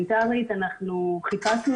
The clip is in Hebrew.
ואם כן, אז --- החלטת הממשלה.